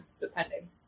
depending